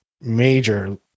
major